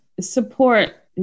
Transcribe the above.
support